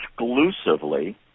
exclusively